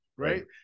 Right